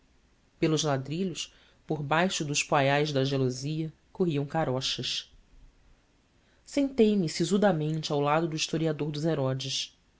pelos ladrilhos por baixo dos poiais da gelosia corriam carochas sentei-me sisudamente ao lado do historiador dos herodes